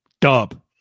Dub